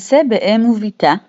כלתו של בן-הארנבת מעשה באם ובתה,